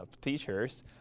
teachers